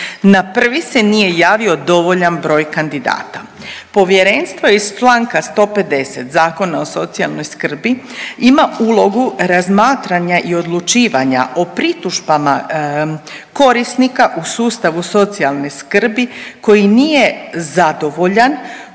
Na prvi se nije javio dovoljan broj kandidata. Povjerenstvo iz Članka 150. Zakona o socijalnoj skrbi ima ulogu razmatranja i odlučivanja o pritužbama korisnika u sustavu socijalne skrbi koji nije zadovoljan